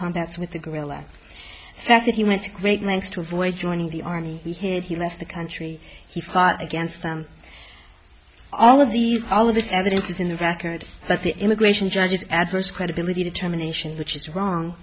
contacts with the guerrilla that he went to great lengths to avoid joining the army he had he left the country he fought against them all of these all of the evidence is in the record but the immigration judges adverse credibility determination which is wrong